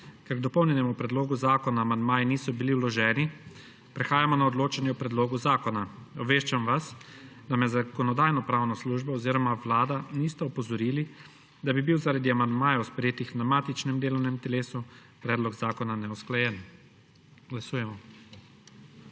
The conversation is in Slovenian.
k dopolnjenemu predlogu zakona amandmaji niso bili vloženi prehajamo na odločanje o predlogu zakona. Obveščam vas, da me zakonodajno-pravna služba oziroma Vlada nista opozorili, da bi bil zaradi amandmajev sprejetih na matičnem delovnem telesu predlog zakona neusklajen. Glasujemo.